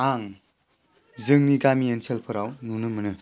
आं जोंनि गामि ओनसोलफोराव आङो नुनो मोनो